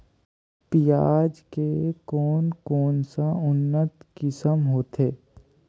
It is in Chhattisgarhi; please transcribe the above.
पियाज के कोन कोन सा उन्नत किसम होथे?